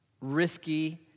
Risky